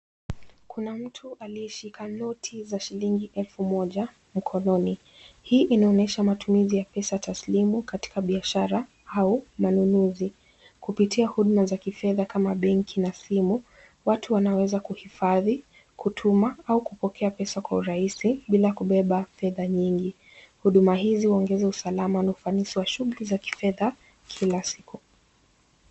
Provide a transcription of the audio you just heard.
Kuna mtu aliyeshika noti za shilingi elfu moja mkononi. Hii inaonyesha matumizi ya pesa taslimu katika biashara au manunuzi. Kupitia huduma za kifedha kama benki na simu, watu wanaweza kuhifadhi, kutuma au kupokea pesa kwa urahisi bila kubeba fedha nyingi. Huduma hizi huongeza usalama na ufanisi wa shughuli za kifedha kila siku.